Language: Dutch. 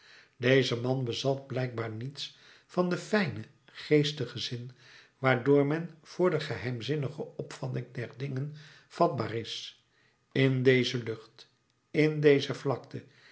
deze man bezat blijkbaar niets van den fijnen geestigen zin waardoor men voor de geheimzinnige opvatting der dingen vatbaar is in deze lucht in deze vlakte